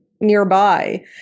nearby